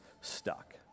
Stuck